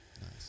Nice